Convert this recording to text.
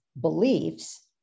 beliefs